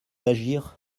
agir